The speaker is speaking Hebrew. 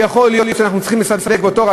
יכול להיות שאנחנו צריכים לסווג אותו,